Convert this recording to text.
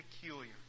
peculiar